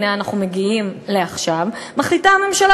הנה אנחנו מגיעים לעכשיו מחליטה הממשלה